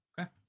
okay